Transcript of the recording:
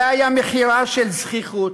זה היה מחירה של זחיחות